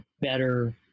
better